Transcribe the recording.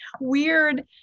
weird